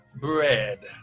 bread